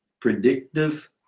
predictive